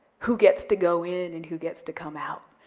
who gets to go in and who gets to come out,